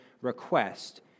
request